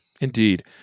Indeed